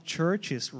churches